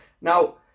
Now